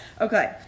Okay